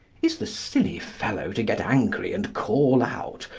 is the silly fellow to get angry and call out,